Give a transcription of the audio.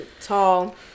tall